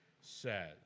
says